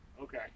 okay